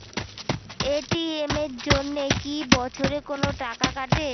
ATM এর জন্যে কি বছরে কোনো টাকা কাটে?